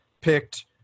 picked